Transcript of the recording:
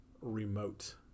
remote